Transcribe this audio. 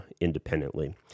independently